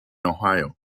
ohio